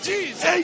Jesus